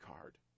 card